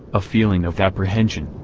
a feeling of apprehension.